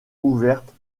ouverte